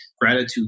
gratitude